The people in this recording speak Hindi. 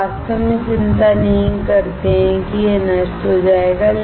हम वास्तव में चिंता नहीं करते हैं कि यह नष्ट हो जाएगा